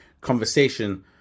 conversation